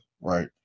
right